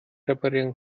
reparieren